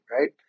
right